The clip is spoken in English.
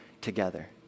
together